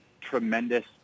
tremendous